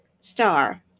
star